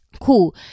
Cool